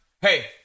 hey